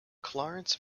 clarence